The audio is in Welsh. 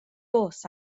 bws